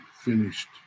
finished